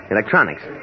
Electronics